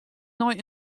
nei